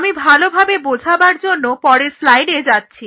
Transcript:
আমি ভালোভাবে বোঝাবার জন্য পরের স্লাইডে যাচ্ছি